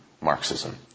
Marxism